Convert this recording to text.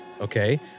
okay